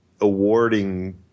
awarding